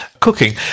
cooking